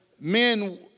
men